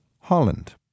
Holland